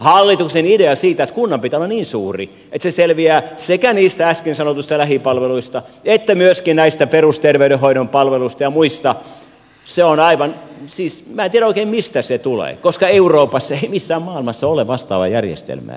hallituksen idea siitä että kunnan pitää olla niin suuri että se selviää sekä niistä äsken sanotuista lähipalveluista että myöskin näistä perusterveydenhoidon palveluista ja muista on aivan en tiedä oikein mistä se tulee koska euroopassa ei missään maailmassa ole vastaavaa järjestelmää